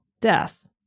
death